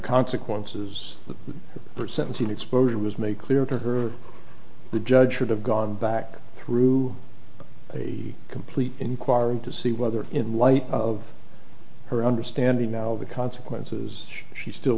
consequences for sentencing exposure was made clear to her the judge would have gone back through a complete inquiring to see whether in light of her understanding now the consequences she still